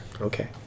Okay